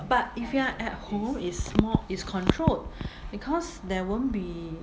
but if you are at home is more it's controlled because there won't be